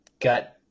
got